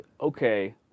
okay